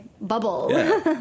bubble